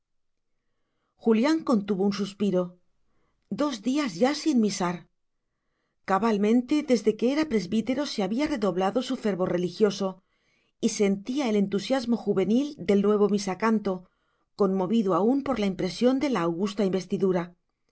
julián contuvo un suspiro dos días ya sin misar cabalmente desde que era presbítero se había redoblado su fervor religioso y sentía el entusiasmo juvenil del nuevo misacantano conmovido aún por la impresión de la augusta investidura